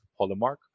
polymark